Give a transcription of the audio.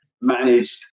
managed